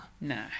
No